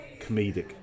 Comedic